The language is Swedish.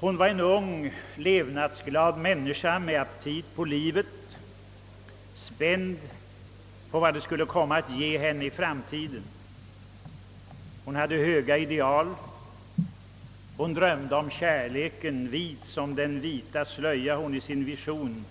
Hon var en ung levnadsglad människa med aptit på livet, spänd på vad det skulle komma att ge henne i framtiden, hon hade höga ideal, hon drömde om kärleken, vit som den vita slöja hon 1 sin vision